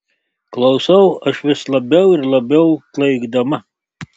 klausau aš vis labiau ir labiau klaikdama